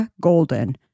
Golden